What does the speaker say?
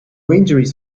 injuries